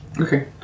Okay